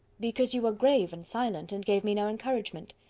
because you were grave and silent, and gave me no encouragement.